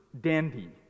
dandy